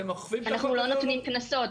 אנחנו לא נותנים קנסות,